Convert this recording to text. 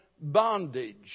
bondage